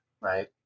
right